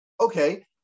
Okay